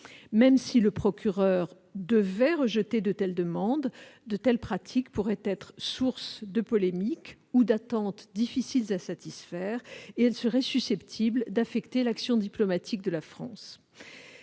Même si le procureur devait rejeter ces demandes, de telles pratiques pourraient être source de polémiques ou d'attentes difficiles à satisfaire et seraient susceptibles d'affecter l'action diplomatique de la France.